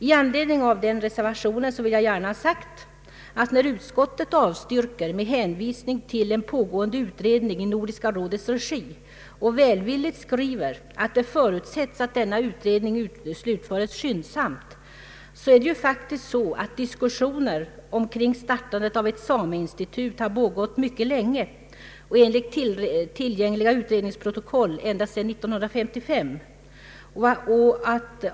I anledning av denna reservation vill jag gärna ha sagt att när utskottet avstyrker med hänvisning till en pågående utredning i Nordiska rådets regi och välvilligt skriver att det förutsätts att denna utredning slutföres skyndsamt, så förhåller det sig faktiskt på det sättet att diskussioner kring startandet av ett sameinstitut pågått mycket länge, enligt tillgängliga utredningsprotokoll ända sedan 1955.